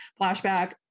flashback